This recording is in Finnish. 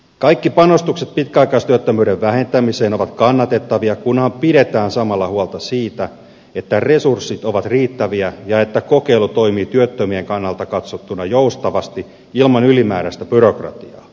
kaikki panostukset pitkäaikaistyöttömyyden vähentämiseen ovat kannatettavia kunhan pidetään samalla huolta siitä että resurssit ovat riittäviä ja että kokeilu toimii työttömien kannalta katsottuna joustavasti ilman ylimääräistä byrokratiaa